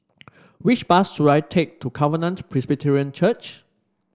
which bus should I take to Covenant Presbyterian Church